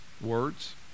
words